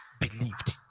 believed